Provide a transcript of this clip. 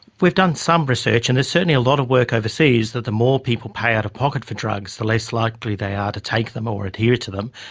we've done some research, and there's certainly a lot of work overseas, that the more people pay out-of-pocket for drugs the less likely they are to take them or adhere to them.